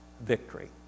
victory